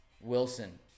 Wilson –